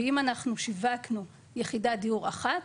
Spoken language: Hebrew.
ואם אנחנו שיווקנו יחידת דיור אחת,